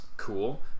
cool